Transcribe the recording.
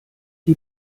die